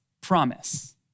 promise